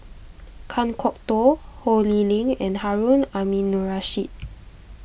Kan Kwok Toh Ho Lee Ling and Harun Aminurrashid